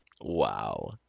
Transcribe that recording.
Wow